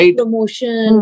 promotion